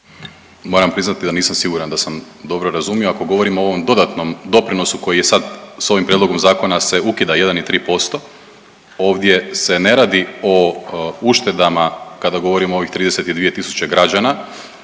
Moram priznati da nisam siguran da sam dobro razumio. Ako govorim o ovom dodatnom doprinosu koji je sad sa ovim prijedlogom zakona se ukida jedan i tri posto, ovdje se ne radi o uštedama kada govorimo o ovih 32000 građana,